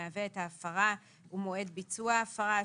המהווה את ההפרה ומועד ביצוע ההפרה.